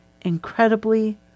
incredibly